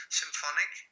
symphonic